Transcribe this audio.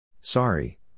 Sorry